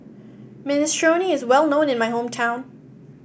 minestrone is well known in my hometown